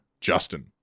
Justin